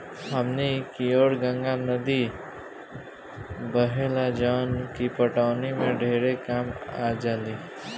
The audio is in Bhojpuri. हमनी कियोर गंगा नद्दी बहेली जवन की पटवनी में ढेरे कामे आजाली